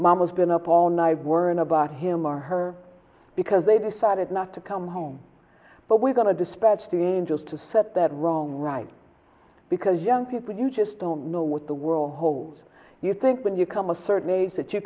mom has been up all night worrying about him or her because they decided not to come home but we're going to dispatch the angels to set that wrong right because young people you just don't know what the world holds you think when you come a certain age that you